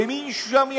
ומי ששם ידליף,